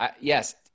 yes